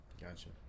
gotcha